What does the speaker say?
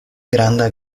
granda